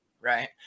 right